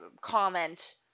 comment